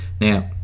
Now